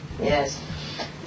Yes